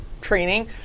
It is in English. training